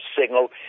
signal